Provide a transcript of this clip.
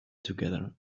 together